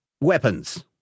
weapons